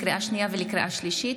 לקריאה שנייה ולקריאה שלישית,